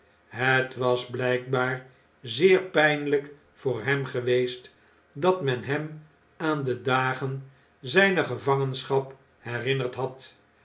het was bljjkbaar zeer pjjnlp voor hem geweest dat men hem aan de dagen zjjner gevangenschap herinnerd had